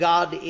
God